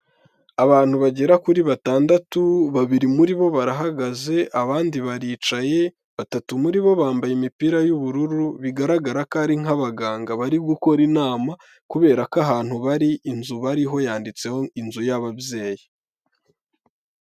Abantu bagera kuri batandatu babiri muri bo barahagaze abandi baricaye, batatu muri bo bambaye imipira y'ubururu bigaragara ko ari nk'abaganga bari gukora inama, kuberako ahantu bari inzu bariho yanditseho inzu y'ababyeyi.